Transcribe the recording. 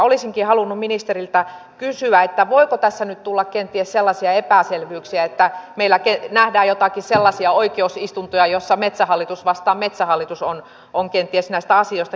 olisinkin halunnut ministeriltä kysyä voiko tässä nyt tulla kenties sellaisia epäselvyyksiä että meillä nähdään joitakin sellaisia oikeusistuntoja joissa metsähallitus vastaan metsähallitus on kenties näistä asioista keskustelemassa